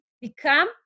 become